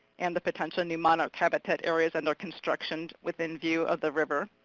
and the potential new monarch habitat areas under construction within view of the river.